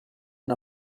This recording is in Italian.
una